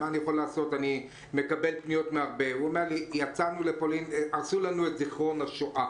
הוא אומר: "הרסו לנו את זכרון השואה.